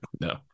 no